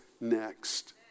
next